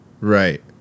Right